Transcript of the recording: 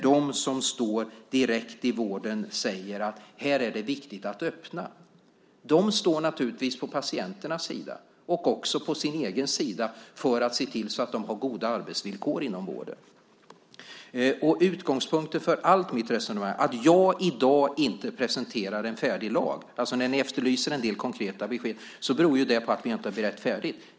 De som är direkt involverade i vården säger att det är viktigt att man öppnar för detta. De står naturligtvis på patienternas sida. De står också på sin egen sida för att se till att de har goda arbetsvillkor i vården. Att jag i dag inte presenterar en färdig lag när ni efterlyser konkreta besked beror på att vi ännu inte har berett den färdigt.